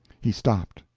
he stopped.